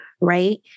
right